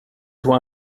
toi